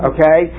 Okay